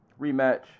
rematch